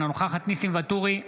אינה נוכחת ניסים ואטורי,